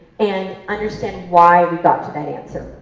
and understand why we got to that answer.